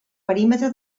perímetre